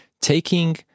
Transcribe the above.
taking